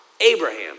Abraham